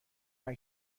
دهند